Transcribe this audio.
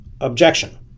Objection